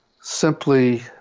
simply